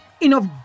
enough